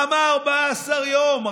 למה 14 יום?